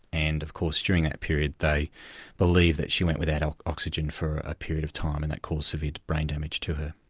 and of course during that period they believe that she went without oxygen for a period of time and that caused severe brain damage to her.